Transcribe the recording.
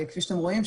כפי שאתם רואים,